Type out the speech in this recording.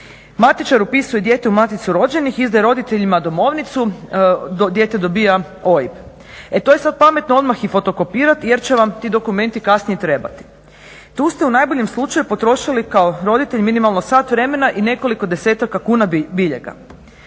Matičar upisuje dijete u maticu rođenih, izdaje roditeljima domovnicu, dijete dobiva OIB. E to je sada pametno odmah i fotokopirati jer će vam ti dokumenti kasnije trebati. Tu ste u najboljem slučaju potrošili kao roditelj minimalno sat vremena i nekoliko desetaka kuna biljega.